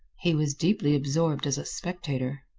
he was deeply absorbed as a spectator.